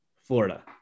Florida